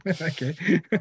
Okay